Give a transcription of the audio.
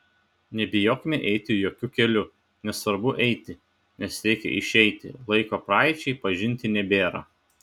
nebijokime eiti jokiu keliu nes svarbu eiti nes reikia išeiti laiko praeičiai pažinti nebėra